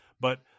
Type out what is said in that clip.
but-